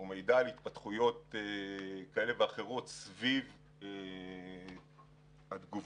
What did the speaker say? או מידע על התפתחויות סביב התגובות